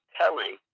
telling